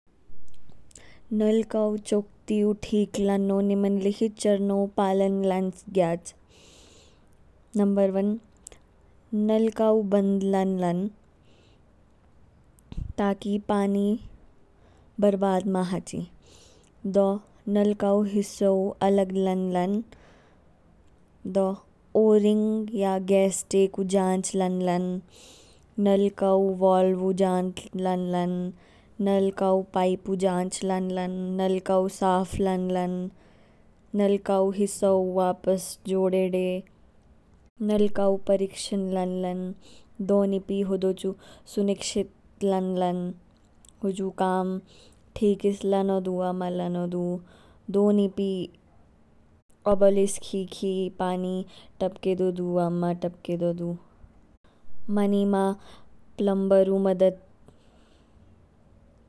नलकाऊ चोक तीऊ ठीक लान्नो निम्नलिखित चरणो पालन लान गयाच। नम्बर वन नलकाऊ बंद लान लान, ताकि ती बरबाद मा हाची दो नलकाऊ हिसो अलग लान लान दो ओरिंग या गेसटेकु जांच लान लान नतकाऊ बोलवु जांच लान लान। नलकाऊ पाइपु जांच लान लान, नलकाऊ साफ लान लान, नलकाऊ हीसो वापस जोडेडे, नलकाऊ परिश्रण लान लान। दो नीपी हुदू चू सुनीक्षित लान लान हुजु काम ठीकइस लानो दू आ मा लानो दू। दो नीपी ओबलीस खी खी पानी टपकेदोदू आ मा टपकेदोदू मानीमा पलम्बरू मदद।